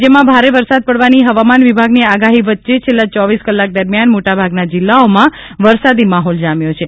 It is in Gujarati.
રાજ્યમાં ભારે વરસાદ પડવાની હવામાન વિભાગની આગાહી વચ્ચે છેલ્લા ચોવીસ કલાક દરમિયાન મોટાભાગનાં જિલ્લાઓમાં વરસાદી માહોલ જામ્યો છે